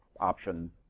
option